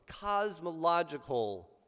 cosmological